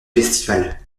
festival